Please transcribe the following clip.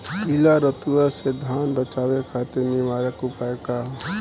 पीला रतुआ से धान बचावे खातिर निवारक उपाय का ह?